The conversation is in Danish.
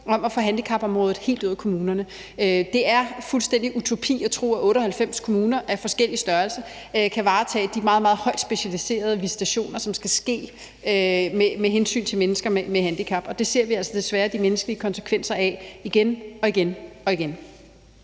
om at få handicapområdet helt ud af kommunerne. Det er fuldstændig utopi at tro, at 98 kommuner af forskellig størrelse kan varetage de meget, meget højt specialiserede visitationer, som skal ske med hensyn til mennesker med handicap. Det ser vi altså desværre de menneskelige konsekvenser af igen og igen.